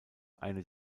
eine